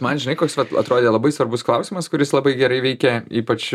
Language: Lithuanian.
man žinai koks vat atrodė labai svarbus klausimas kuris labai gerai veikia ypač